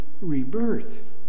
rebirth